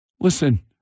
listen